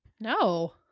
No